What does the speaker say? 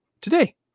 today